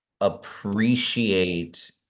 appreciate